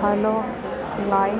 hello lime